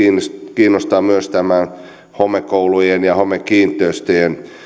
kiinnostaa myös tämä homekoulujen ja homekiinteistöjen